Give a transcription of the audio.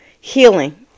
Healing